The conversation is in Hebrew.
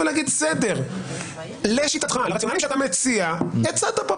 יוצא מכך גם את שאר היועצים המשפטיים כי היא זאת שמפקחת על